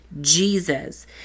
Jesus